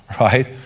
right